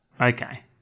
Okay